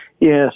Yes